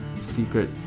secret